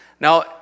Now